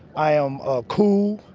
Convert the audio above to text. i am ah cool.